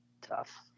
tough